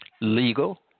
legal